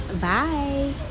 Bye